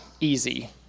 easy